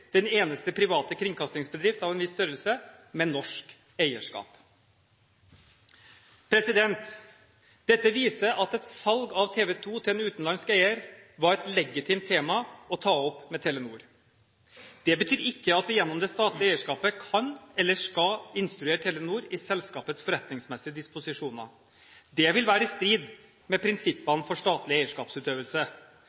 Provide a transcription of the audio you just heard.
den eneste private kringkastingsbedrift av en viss størrelse med norsk eierskap. Dette viser at et salg av TV 2 til en utenlandsk eier var et legitimt tema å ta opp med Telenor. Det betyr ikke at vi gjennom det statlige eierskapet kan eller skal instruere Telenor i selskapets forretningsmessige disposisjoner. Det vil være i strid med